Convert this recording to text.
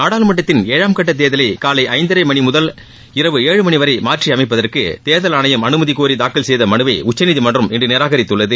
நாடாளுமன்றத்தின் ஏழாம் கட்ட தேர்தலை காலை ஐந்தரை மணி முதல் இரவு ஏழு மணி வரை மாற்றியமைப்பதற்கு தேர்தல் ஆணையம் அனுமதி கோரி தாக்கல் செய்த மனுவை உச்சநீதிமன்றம் இன்று நிராகரித்துள்ளது